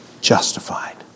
justified